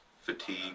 fatigue